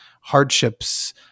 hardships